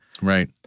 Right